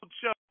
show